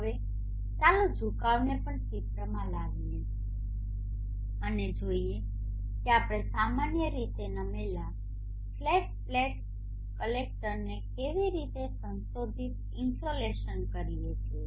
હવે ચાલો ઝુકાવને પણ ચિત્રમાં લાવીએ અને ચાલો જોઈએ કે આપણે સામાન્ય રીતે નમેલા ફ્લેટ પ્લેટ કલેક્ટરને કેવી રીતે સંશોધિત ઇન્સોલેશન કરીએ છીએ